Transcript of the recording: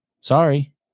Sorry